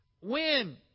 win